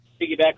piggyback